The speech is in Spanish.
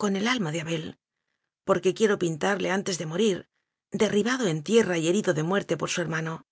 con el alma de abel porque quiero pintarle antes de morir derribado en tierra y herido de muerte por su'hermano